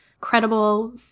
credible